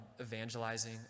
Evangelizing